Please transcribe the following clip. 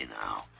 now